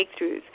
breakthroughs